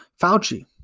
Fauci